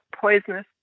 poisonous